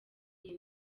iyi